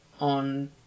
on